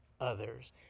others